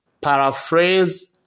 paraphrase